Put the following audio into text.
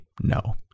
no